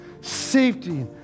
safety